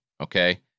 okay